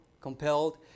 compelled